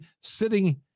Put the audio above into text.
sitting